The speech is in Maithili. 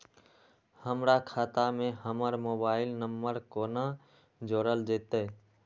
हमर खाता मे हमर मोबाइल नम्बर कोना जोरल जेतै?